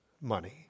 money